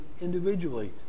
individually